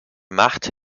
macht